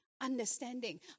understanding